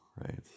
right